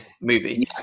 movie